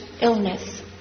illness